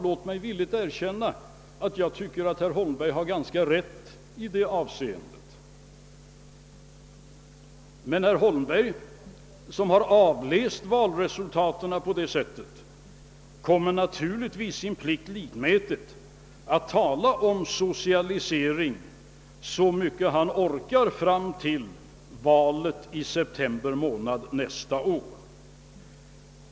Låt mig villigt erkänna att jag tycker att han har ganska rätt i det avseendet. Men herr Holmberg, som har avläst valresultaten på det sättet, kommer naturligtvis sin plikt likmätigt att tala om socialisering så mycket han orkar fram till valet i september månad nästa år.